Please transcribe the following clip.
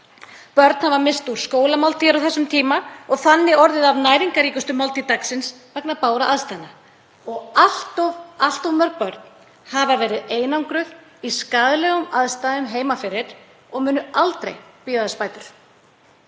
Börn hafa misst úr skólamáltíðir á þessum tíma og þannig orðið af næringarríkustu máltíð dagsins vegna bágra aðstæðna og allt of mörg börn hafa verið einangruð í skaðlegum aðstæðum heima fyrir og munu aldrei bíða þess bætur.